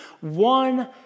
One